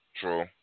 True